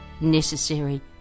necessary